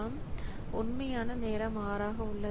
ஆகவே உண்மையான நேரம் 6 ஆக உள்ளது